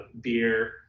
beer